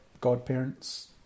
godparents